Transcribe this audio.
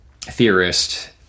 theorist